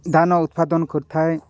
ଧାନ ଉତ୍ପାଦନ କରିଥାଏ